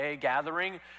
gathering